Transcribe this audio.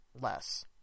less